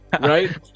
right